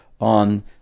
on